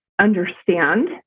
understand